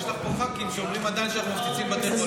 יש פה ח"כים שעדיין אומרים שאנחנו מפציצים בתי חולים.